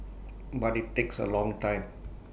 but IT takes A long time